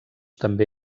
també